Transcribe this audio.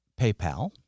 PayPal